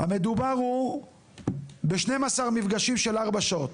המדובר הוא ב-12 מפגשים של 4 שעות.